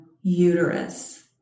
uterus